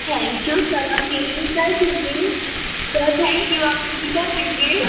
thank you sir आप मेरे लिए कर देंगे सर थैंक यू आप मेरे लिए कर देंगे